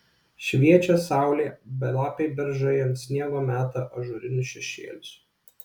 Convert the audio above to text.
šviečia saulė belapiai beržai ant sniego meta ažūrinius šešėlius